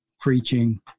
preaching